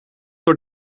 door